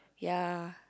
ya